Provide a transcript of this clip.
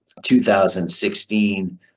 2016